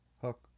Hook